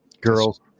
girls